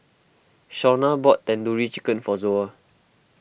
Shaunna bought Tandoori Chicken for Zoa